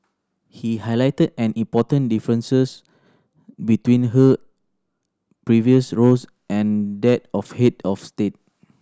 he highlighted an important differences between her previous roles and that of head of state